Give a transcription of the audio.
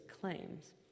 claims